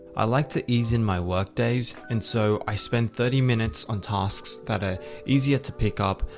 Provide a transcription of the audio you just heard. i like to easen my work days. and so i spent thirty minutes on tasks that are easier to pick up,